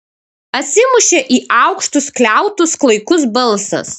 atsimušė į aukštus skliautus klaikus balsas